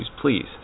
please